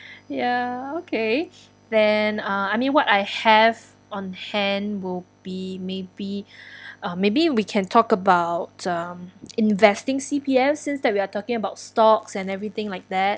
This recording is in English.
ya okay then uh I mean what I have on hand will be maybe uh maybe we can talk about um investing C_P_F since that we are talking about stocks and everything like that